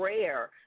rare